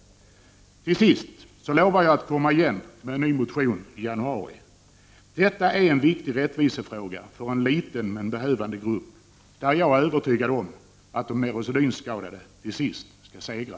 Till sist lovar jag att komma igen med en ny motion i januari. Detta är en viktig rättvisefråga för en liten men behövande grupp. Jag är övertygad om att de neurosedynskadade till sist skall segra.